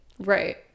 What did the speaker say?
Right